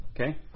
Okay